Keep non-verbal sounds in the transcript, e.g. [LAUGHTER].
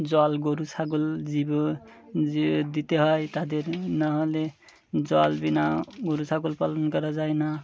জল গরু ছাগল জীব [UNINTELLIGIBLE] দিতে হয় তাদের না হলে জল বিনা গরু ছাগল পালন করা যায় না